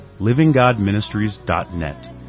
livinggodministries.net